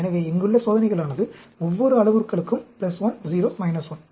எனவே இங்குள்ள சோதனைகளானது ஒவ்வொரு அளவுருக்களுக்கும் 1 0 1 1